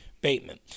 Bateman